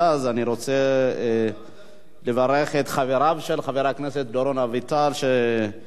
עד אז אני רוצה לברך את חבריו של חבר הכנסת דורון אביטל שנמצאים,